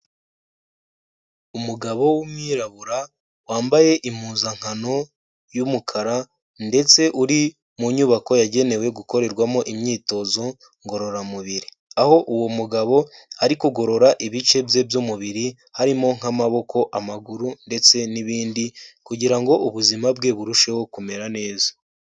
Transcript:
Umugabo w'umwirabura wambaye impuzankano y'umukara ndetse uri mu nyubako yagenewe gukorerwamo imyitozo ngororamubiri, aho uwo mugabo ari kugorora ibice bye by'umubiri, harimo nk'amaboko, amaguru ndetse n'ibindi, kugira ngo ubuzima bwe burusheho kumera neza.